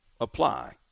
apply